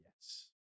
yes